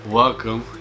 welcome